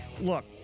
look